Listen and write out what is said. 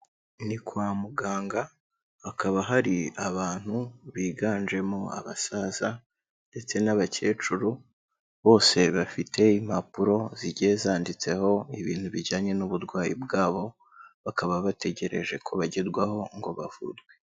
Ni kwa muganga, hakaba hari abantu biganjemo abasaza, ndetse n'abakecuru, bose bafite impapuro zigiye zanditseho ibintu bijyanye n'uburwayi bwabo, bakaba bategereje ko bagerwaho ngo bavurwe.